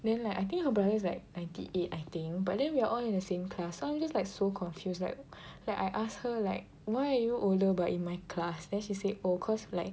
then like I think her brothers like ninety eight I think but then we are all in the same class so I'm just like so confused like like I ask her like why are you older but in my class then she say oh cause like